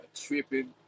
tripping